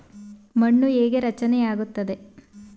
ಮಣ್ಣು ಹೇಗೆ ರಚನೆ ಆಗುತ್ತದೆ?